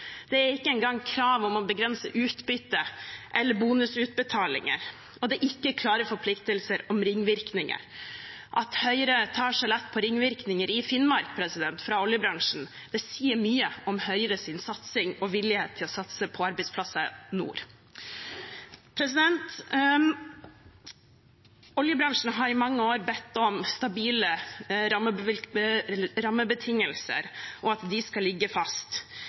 Det er ikke engang krav om å begrense utbytte eller bonusutbetalinger, og det er ikke klare forpliktelser om ringvirkninger. At Høyre tar så lett på ringvirkninger i Finnmark, fra oljebransjen, sier mye om Høyres satsing og vilje til å satse på arbeidsplasser i nord. Oljebransjen har i mange år bedt om stabile rammebetingelser, og at de skal ligge fast.